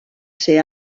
ser